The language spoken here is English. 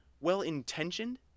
well-intentioned